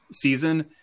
season